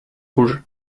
rouges